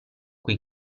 cui